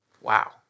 Wow